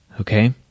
Okay